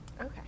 Okay